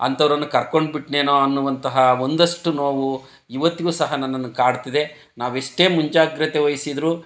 ಅಂಥವ್ರನ್ನು ಕರ್ಕೊಂಡು ಬಿಟ್ಟನೇನೋ ಅನ್ನುವಂತಹ ಒಂದಷ್ಟು ನೋವು ಇವತ್ತಿಗೂ ಸಹ ನನ್ನನ್ನು ಕಾಡ್ತಿದೆ ನಾವೆಷ್ಟೇ ಮುಂಜಾಗ್ರತೆ ವಹಿಸಿದ್ರೂ